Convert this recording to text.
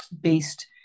based